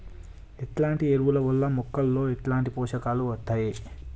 ఎట్లాంటి ఎరువుల వల్ల మొక్కలలో ఎట్లాంటి పోషకాలు వత్తయ్?